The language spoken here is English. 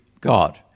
God